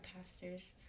pastors